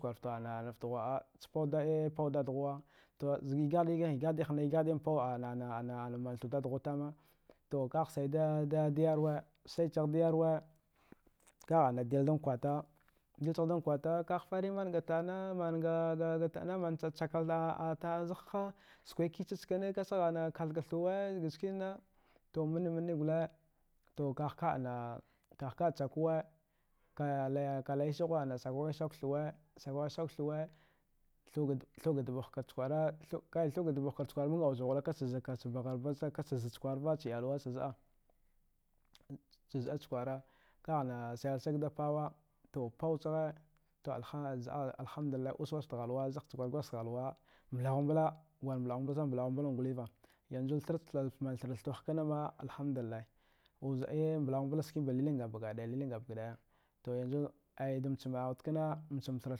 Warfe te ana fte ghwa'a pa- pawa dada hu to za dadu-dadu ana ana mna thwe a dadahu tama tu ka kha sawa da yerwa uwe sayi chigha da yerwa ha ka ha dile da k kwata dile ci ha da kwata ka kha fari da mna ga tana ag aa chakala ga tana wizighe ka, mna ga talla zegha skwe kchi nekina kathaga thuwe b ga e sikinatu mna mna gwal to ka na ka kana chakuwe ka ka lisa ha skwe skwa thuwe skwe skwa thuwe dagha ga dubu hakar dubu thiba, thure ga dubu hakar dubu thiba, thuwe ga dubu hakar iyalwe, shi bakar da bakar wude, kai thuwe ga duba hakar ka ka bla da ka z zva, cha zida, chi zida cu ti kwara anya shill-shiga da pawa, to pawa ce hi ha zida allahamidallah liss gwazgefte helwa a a mblahu mbal gwal mbalhu mbal a mbalhumbalva a mka mna thra thuwe va allahimidillah uza mbalhumbal ski diya gaba ka daya aya to yanxu da mice maha.